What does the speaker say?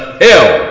hell